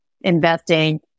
investing